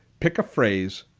pick a phrase.